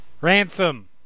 Ransom